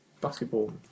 basketball